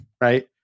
right